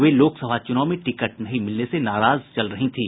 वे लोकसभा चुनाव में टिकट नहीं मिलने से नाराज चल रही थीं